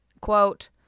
Quote